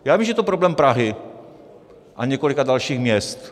Já vím, že je to problém Prahy a několika dalších měst.